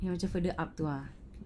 yang macam further up itu ah